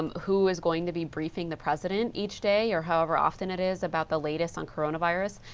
um who is going to be briefing the president each day or however often it is about the latest on coronavirus,